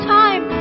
time